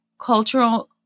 cultural